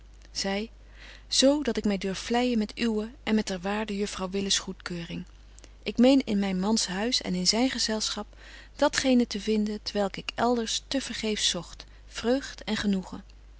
z dat ik my durf vleijen met uwe en met der waarde juffrouw willis goedkeuring ik meen in myn mans huis en in zyn gezelschap dat geene te vinden t welk ik elders te vergeefsch zogt vreugd en genoegen